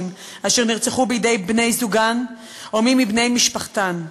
אשר נרצחו בידי בני-זוגן או מי מבני משפחתן.